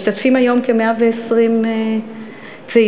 משתתפים היום כ-120 צעירים,